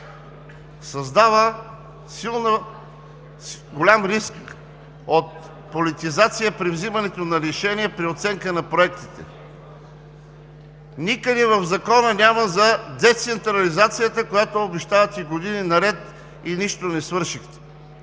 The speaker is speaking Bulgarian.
Създава голям риск от политизация при взимането на решения при оценка на проектите. Никъде в Закона няма за децентрализацията, която обещавате години наред и нищо не свършихте.